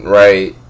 right